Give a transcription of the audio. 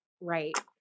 Right